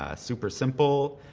ah super simple,